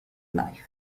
life